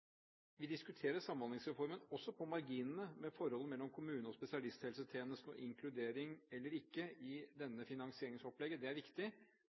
Vi diskuterer Samhandlingsreformen også knyttet til marginene i forholdet mellom kommune og spesialisthelsetjeneste. Inkludering eller ikke i dette finansieringsopplegget er viktig,